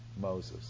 Moses